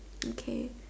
okay